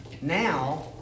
now